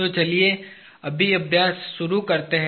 तो चलिए अभी अभ्यास शुरू करते हैं